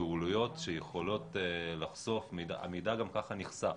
פעילויות שיכולות לחסוך המידע גם כך נחשף.